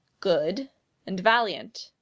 good and valiant.